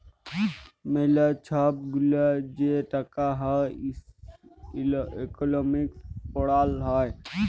ম্যালা ছব গুলা যে টাকা হ্যয় ইকলমিক্সে পড়াল হ্যয়